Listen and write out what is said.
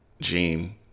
Gene